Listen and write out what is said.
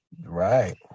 Right